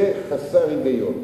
זה חסר היגיון.